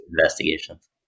investigations